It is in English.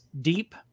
deep